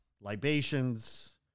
libations